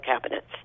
cabinets